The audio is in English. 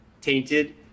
tainted